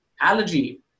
allergy